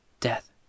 Death